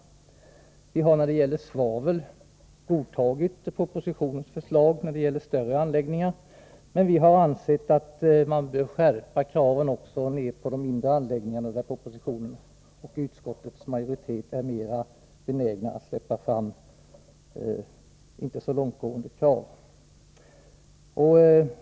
I fråga om svavel har vi godtagit propositionens förslag när det gäller större anläggningar, men vi har ansett att man bör skärpa kraven också på de mindre anläggningarna, där propositionen och utskottets majoritet är mera benägna att ställa mindre långtgående krav.